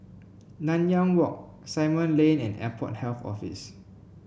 Nanyang Walk Simon Lane and Airport Health Office